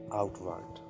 outward